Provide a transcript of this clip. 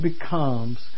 becomes